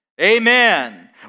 amen